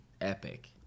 epic